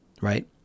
right